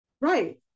right